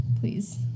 Please